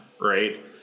right